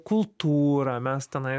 kultūrą mes tenai